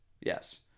Yes